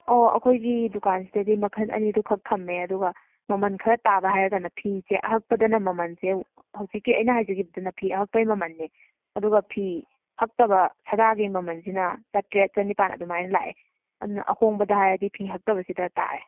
ꯑꯣ ꯑꯩꯈꯣꯏꯒꯤ ꯗꯨꯀꯟꯁꯤꯗꯗꯤ ꯃꯈꯜ ꯑꯅꯤꯗꯨꯈꯛ ꯊꯝꯃꯦ ꯑꯗꯨꯒ ꯃꯃꯜ ꯈꯔ ꯇꯥꯕ ꯍꯥꯏꯔꯒꯅ ꯐꯤꯁꯦ ꯑꯍꯛꯄꯗꯅ ꯃꯃꯜꯁꯦ ꯍꯧꯖꯤꯛꯀꯤ ꯑꯩꯅ ꯍꯥꯏꯖꯈꯤꯕꯗꯨꯅ ꯐꯤ ꯑꯍꯛꯄꯩ ꯃꯃꯜꯅꯦ ꯑꯗꯨꯒ ꯐꯤ ꯍꯛꯇꯕ ꯁꯗꯥꯒꯤ ꯃꯃꯜꯁꯤꯅ ꯆꯥꯇ꯭ꯔꯦꯠ ꯆꯅꯤꯄꯥꯟ ꯑꯗꯨꯃꯥꯏꯅ ꯂꯥꯛꯑꯦ ꯑꯗꯨꯅ ꯑꯍꯣꯡꯕꯗ ꯍꯥꯏꯔꯗꯤ ꯐꯤ ꯍꯛꯇꯕꯁꯤꯗ ꯇꯥꯔꯦ